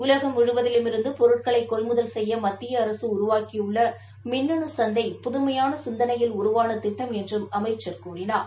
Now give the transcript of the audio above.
உலகம் முழுவதிலுமிருந்து பொருட்களை கொள்முதல் செய்ய மத்திய அரசு உருவாக்கியுள்ள மின்னணுச் சந்தை புதுமையான சிந்தளையில் உருவான திட்டம் என்றும் அமைச்சர் கூறினார்